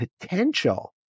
potential